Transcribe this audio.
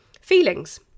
feelings